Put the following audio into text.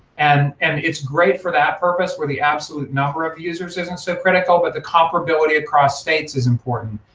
and and it's great for that purpose where the absolute number of users isn't so critical, but the comparability across states is important.